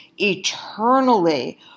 eternally